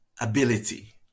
ability